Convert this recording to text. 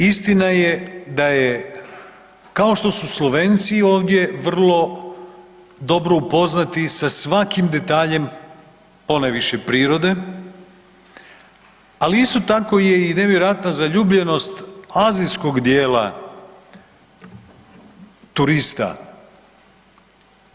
Istina je da je kao što su Slovenci ovdje vrlo dobro upoznati sa svakim detaljem ponajviše prirode, ali isto tako je i nevjerojatna zaljubljenost azijskog dijela turista.